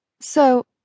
so-